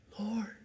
Lord